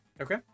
Okay